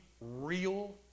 real